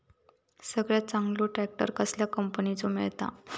सगळ्यात चांगलो ट्रॅक्टर कसल्या कंपनीचो मिळता?